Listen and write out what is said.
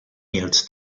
meals